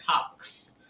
Talks